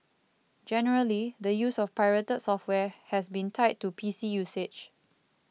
generally the use of pirated software has been tied to P C usage